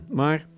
maar